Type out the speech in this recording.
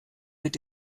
mit